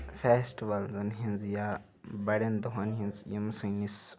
فیسٹوَلن ہِنٛز یا بَڑین دۄہن ہِنز یِم سٲنِس